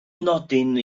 nodyn